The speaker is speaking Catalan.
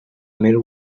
mil